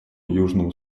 южного